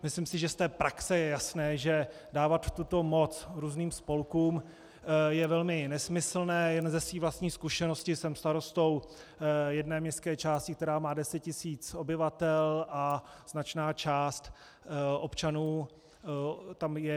Myslím si, že z praxe je jasné, že dávat tuto moc různým spolkům je velmi nesmyslné, jen ze své vlastní zkušenosti, jsem starostou jedné městské části, která má deset tisíc obyvatel, a značná část občanů tam je vietnamského původu.